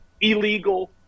illegal